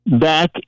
back